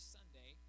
Sunday